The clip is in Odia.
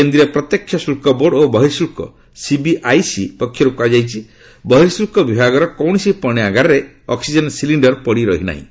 କେନ୍ଦ୍ରୀୟ ପ୍ରତ୍ୟକ୍ଷ ଶୁଳ୍କ ବୋର୍ଡ ଓ ବହିଃଶ୍ରଳ୍କ ସିବିଆଇସି ପକ୍ଷରୁ କୁହାଯାଇଛି ବହିଃଶୁଳ୍କ ବିଭାଗର କୌଣସି ପଣ୍ୟାଗାରରେ ଅକ୍ନିଜେନ ସିଲିଣ୍ଡର ପଡ଼ି ରହିନାହିଁ